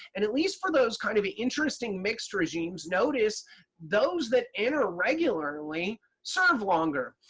and at least for those kind of interesting mixed regimes, notice those that enter regularly serve longer.